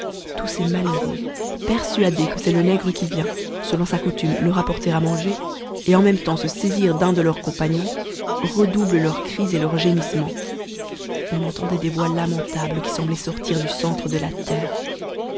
tous ces malheureux persuadés que c'est le nègre qui vient selon sa coutume leur apporter à manger et en même temps se saisir d'un de leurs compagnons redoublent leurs cris et leurs gémissements on entendait des voix lamentables qui semblaient sortir du centre de la terre